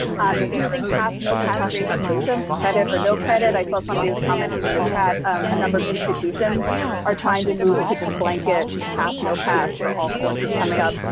um using pass no pass grading systems, credit or no credit. i saw somebody was commenting in the chat a number of institutions are trying to move to just blanket pass no pass for all courses coming up.